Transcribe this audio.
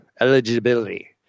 Eligibility